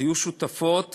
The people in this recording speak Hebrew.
היו שותפות